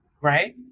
right